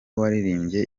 waririmbye